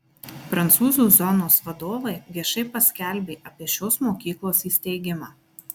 prancūzų zonos vadovai viešai paskelbė apie šios mokyklos įsteigimą